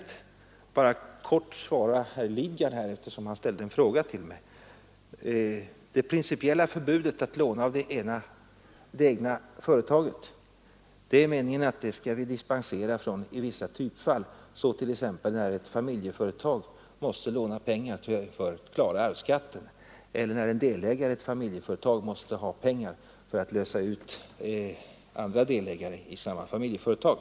Jag vill bara kort svara herr Lidgard, eftersom han ställde en fråga till mig. Från det principiella förbudet mot att låna av det egna företaget skall dispens kunna ges i vissa typfall, t.ex. när ett familjeföretag måste låna pengar för att klara arvsskatten eller när en delägare i ett familjeföretag måste ha pengar för att lösa ut andra delägare i samma familjeföretag.